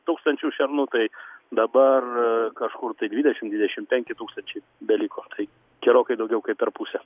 tūkstančių šernų tai dabar kažkur dvidešimt dvidešimt penki tūkstančiai beliko tai gerokai daugiau kaip per pusę